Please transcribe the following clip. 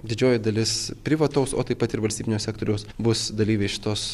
didžioji dalis privataus o taip pat ir valstybinio sektoriaus bus dalyviai šitos